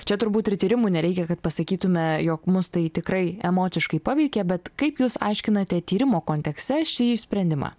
čia turbūt ir tyrimų nereikia kad pasakytume jog mus tai tikrai emociškai paveikė bet kaip jūs aiškinate tyrimo kontekste šį sprendimą